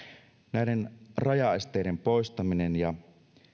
näiden rajaesteiden poistaminen ja